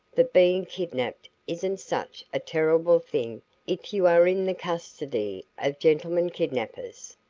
that being kidnapped isn't such a terrible thing if you are in the custody of gentlemen kidnappers.